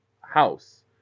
house